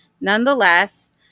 nonetheless